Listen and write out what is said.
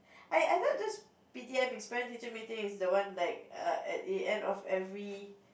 ya I thought just P_T_M is parent teacher meeting is the one like err at the end of every